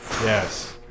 yes